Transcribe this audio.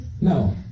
No